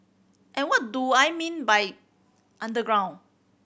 and what do I mean by underground